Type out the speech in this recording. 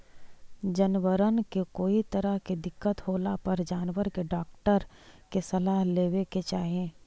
जनबरबन के कोई तरह के दिक्कत होला पर जानबर के डाक्टर के सलाह लेबे के चाहि